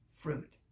fruit